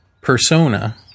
persona